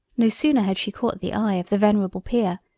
no sooner had she caught the eye of the venerable peer,